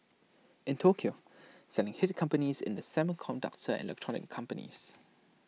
in Tokyo selling hit companies in the semiconductor and electronics companies